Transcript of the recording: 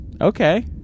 Okay